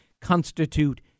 constitute